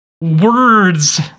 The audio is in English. words